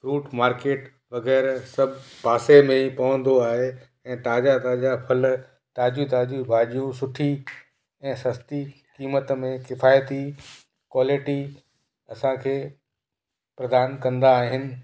fruit market वग़ैरह सभु पासे में ई पवंदो आहे ऐं ताज़ा ताज़ा फल ताज़ियूं ताज़ियूं भाॼियूं सुठी ऐं सस्ती क़ीमत में किफ़ायती कॉलेटी असांखे प्रदान कंदा आहिनि